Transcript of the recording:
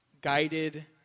guided